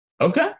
okay